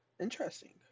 Interesting